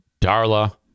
Darla